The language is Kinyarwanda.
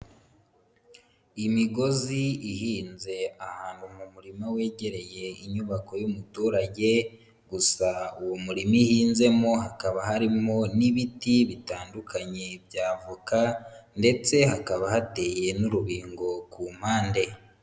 Imigozi ihinze ahantu mu murima wegereye inyubako y'umuturage, gusa uwo murimo ihinzemo hakaba harimo n'ibiti bitandukanye bya voka ndetse hakaba hateye n'urubingo ku mpande.